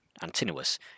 Antinous